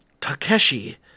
Takeshi